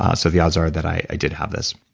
ah so the odds are that i did have this.